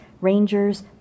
rangers